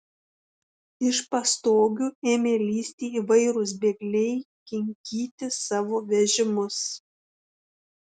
iš pastogių ėmė lįsti įvairūs bėgliai kinkyti savo vežimus